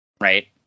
Right